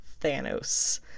Thanos